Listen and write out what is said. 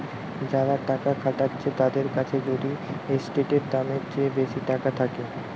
যারা টাকা খাটাচ্ছে তাদের কাছে যদি এসেটের দামের চেয়ে বেশি টাকা থাকে